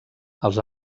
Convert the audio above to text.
els